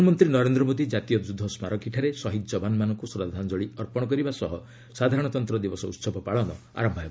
ପ୍ରଧାନମନ୍ତ୍ରୀ ନରେନ୍ଦ୍ର ମୋଦି ଜାତୀୟ ଯୁଦ୍ଧସ୍କାରକୀଠାରେ ଶହୀଦ୍ମାନଙ୍କୁ ଶ୍ରଦ୍ଧାଞ୍ଚଳି ଅର୍ପଣ କରିବା ସହ ସାଧାରଣତନ୍ତ୍ର ଦିବସ ଉତ୍ସବ ପାଳନ ଆରମ୍ଭ ହେବ